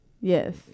yes